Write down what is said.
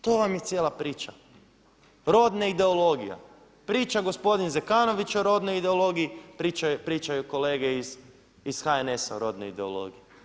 To vam je cijela priča, rodna ideologija, priča gospodin Zekanović o rodnoj ideologiji, pričaju kolege iz HNS-a o rodnoj ideologiji.